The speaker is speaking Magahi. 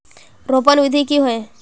रोपण विधि की होय?